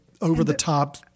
over-the-top